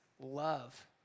love